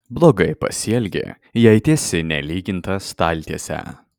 blogai pasielgi jei tiesi nelygintą staltiesę